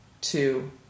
two